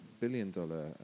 billion-dollar